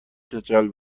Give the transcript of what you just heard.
کچل